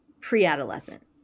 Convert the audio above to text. pre-adolescent